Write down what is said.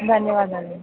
ధన్యవాదాలండి